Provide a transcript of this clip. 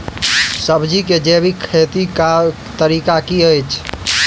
सब्जी केँ जैविक खेती कऽ तरीका की अछि?